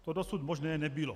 To dosud možné nebylo.